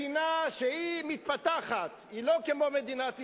מדינה שהיא מתפתחת, היא לא כמו מדינת ישראל,